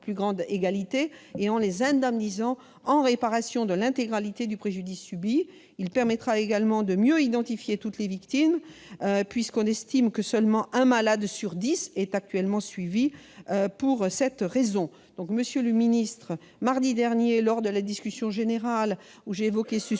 plus grande égalité et en les indemnisant en réparation de l'intégralité du préjudice subi. Il permettra également de mieux identifier toutes les victimes, puisqu'on estime que seulement un malade sur dix est actuellement suivi pour cette raison. Monsieur le ministre, mardi, lors de la discussion générale au cours de